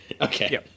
Okay